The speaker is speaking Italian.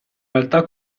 realtà